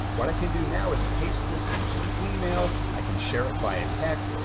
what i can do now is paste this into an email, i can share it via text,